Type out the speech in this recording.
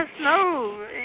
no